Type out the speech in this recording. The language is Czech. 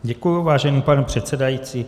Děkuji, vážený pane předsedající.